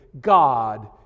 God